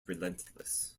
relentless